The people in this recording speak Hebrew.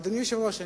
אדוני היושב-ראש,